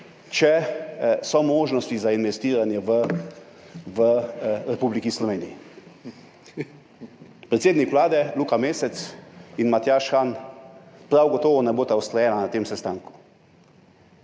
ali so možnosti za investiranje v Republiki Sloveniji. Predsednik Vlade Luka Mesec in Matjaž Han prav gotovo ne bosta usklajena na tem sestanku,